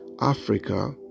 Africa